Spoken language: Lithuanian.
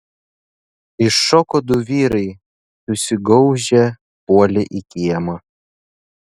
iššoko du vyrai susigaužę puolė į kiemą